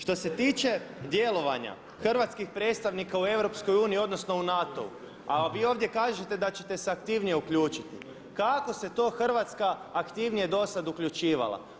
Što se tiče djelovanja hrvatskih predstavnika u EU odnosno u NATO-u, a vi ovdje kažete da ćete se aktivnije uključiti, kako se to Hrvatska aktivnije dosad uključivala?